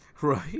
Right